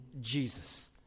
Jesus